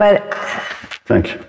Thanks